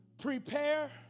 prepare